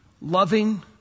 loving